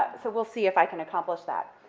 ah so we'll see if i can accomplish that.